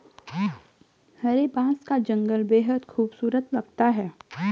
हरे बांस का जंगल बेहद खूबसूरत लगता है